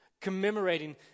Commemorating